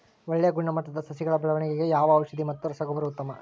ಒಳ್ಳೆ ಗುಣಮಟ್ಟದ ಸಸಿಗಳ ಬೆಳವಣೆಗೆಗೆ ಯಾವ ಔಷಧಿ ಮತ್ತು ರಸಗೊಬ್ಬರ ಉತ್ತಮ?